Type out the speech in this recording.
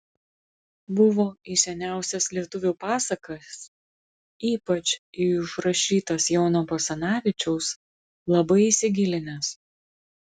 buvo į seniausias lietuvių pasakas ypač į užrašytas jono basanavičiaus labai įsigilinęs